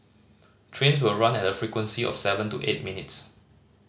trains will run at a frequency of seven to eight minutes